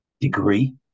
degree